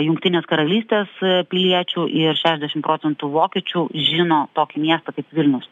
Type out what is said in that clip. jungtinės karalystės piliečių ir šešiasdešim procentų vokiečių žino tokį miestą kaip vilnius